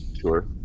Sure